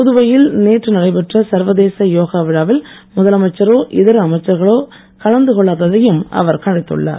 புதுவையில் நேற்று நடைபெற்ற சர்வதேச யோகா விழாவில் முதலமைச்சரோ இதர அமைச்சர்களோ கலந்து கொள்ளாததையும் அவர் கண்டித்துள்ளார்